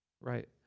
Right